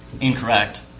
incorrect